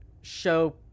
show